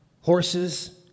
horses